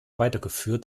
weitergeführt